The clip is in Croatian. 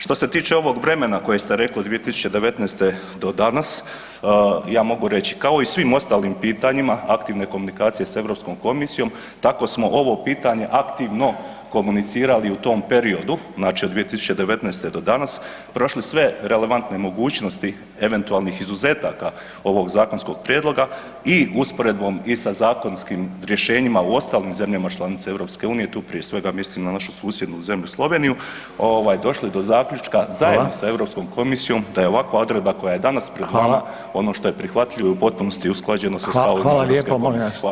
Što se tiče ovog vremena koje ste rekli od 2019. do danas, ja mogu reći kao i u svim ostalim pitanjima aktivne komunikacije s Europskom komisijom, tako smo ovo pitanje aktivno komunicirali u tom periodu, znači od 2019. do danas, prošli sve relevantne mogućnosti eventualnih izuzetaka ovog zakonskog prijedloga i usporedbom i sa zakonskim rješenjima u ostalim zemljama članicama EU, tu prije svega mislim na našu susjednu zemlju Sloveniju, ovaj, došli do zaključka zajedno [[Upadica: Hvala.]] sa EU komisijom da je ovakva odredba koja je danas [[Upadica: Hvala.]] /nerazumljivo/... ono što je prihvatljivo je u potpunosti usklađeno sa stavovima EU komisije [[Upadica: Hvala lijepo.]] Hvala.